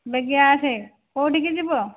ବେଗି ଆସେ କେଉଁଠିକି ଯିବ